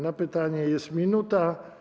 Na pytanie jest minuta.